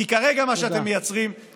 כי כרגע מה שאתם מייצרים,